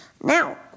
Now